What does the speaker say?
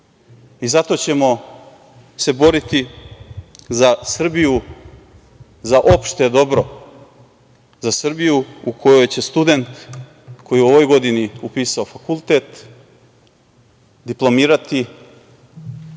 radi. Zato ćemo se boriti za Srbiju, za opšte dobro, za Srbiju u kojoj će student koji je u ovoj godini upisao fakultet diplomirati